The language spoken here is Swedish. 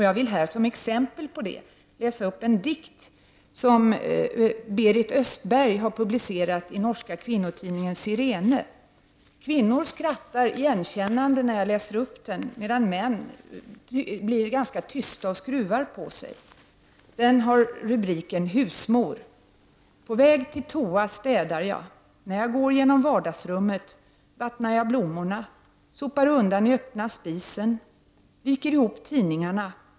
Jag vill som exempel på det läsa upp en dikt som Berit Östberg har publicerat i den norska kvinnotidningen Sirene. Kvinnor skrattar igenkännande när jag läser upp den, medan män blir ganska tysta och skruvar på sig. Dikten har rubriken Husmor: ”På väg till toa städar jag. När jag går genom vardagsrummet vattnar jag blommorna, sopar undan i öppna spisen, viker ihop tidningarna.